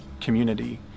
community